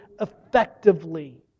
effectively